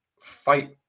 fight